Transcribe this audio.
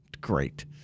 Great